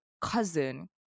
cousin